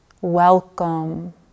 Welcome